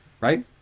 right